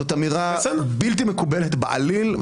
זאת אמירה בלתי מקובלת בעליל,